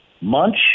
Munch